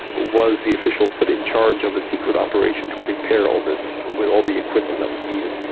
was the official put in charge of a secret operation to prepare all this with all the equipment that was needed.